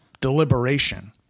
deliberation